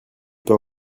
pain